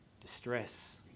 distress